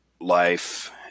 life